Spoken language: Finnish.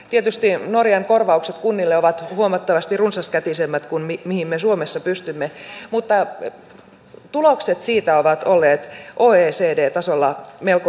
tietysti norjan korvaukset kunnille ovat huomattavasti runsaskätisemmät kuin mihin me suomessa pystymme mutta tulokset siitä ovat olleet oecd tasolla melko hyviäkin